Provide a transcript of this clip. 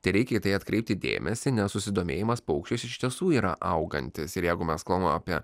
tereikia į tai atkreipti dėmesį nes susidomėjimas paukščiais iš tiesų yra augantis ir jeigu mes kalbam apie